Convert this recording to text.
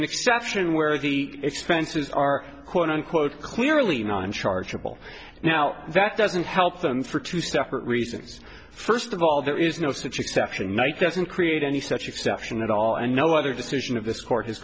an exception where the expenses are quote unquote clearly nine chargeable now that doesn't help them for two separate reasons first of all there is no such exception night doesn't create any such exception at all and no other decision of this court has